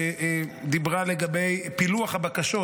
שדיברה לגבי פילוח הבקשות.